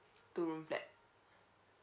two room flat